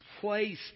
place